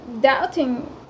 doubting